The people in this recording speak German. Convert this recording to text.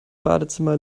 badezimmer